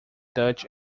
dutch